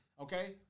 okay